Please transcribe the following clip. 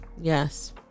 Yes